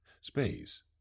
space